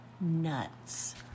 nuts